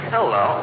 Hello